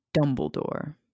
Dumbledore